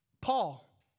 Paul